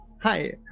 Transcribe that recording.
Hi